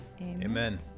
Amen